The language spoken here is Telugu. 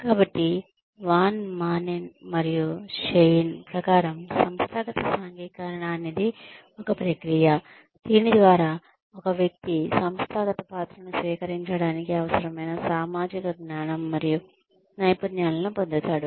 కాబట్టి వాన్ మానేన్ మరియు షెయిన్ ప్రకారం సంస్థాగత సాంఘికీకరణ అనేది ఒక ప్రక్రియ దీని ద్వారా ఒక వ్యక్తి సంస్థాగత పాత్రను స్వీకరించడానికి అవసరమైన సామాజిక జ్ఞానం మరియు నైపుణ్యాలను పొందుతాడు